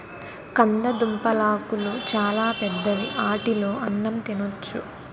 కందదుంపలాకులు చాలా పెద్దవి ఆటిలో అన్నం తినొచ్చు